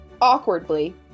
awkwardly